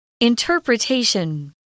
Interpretation